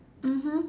mmhmm